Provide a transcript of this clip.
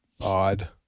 odd